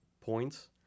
points